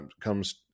comes